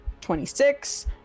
26